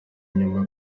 inyuma